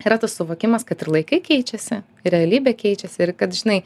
yra tas suvokimas kad ir laikai keičiasi i realybė keičiasi ir kad žinai